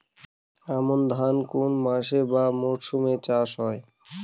আমন ধান কোন মাসে বা মরশুমে চাষ হয়?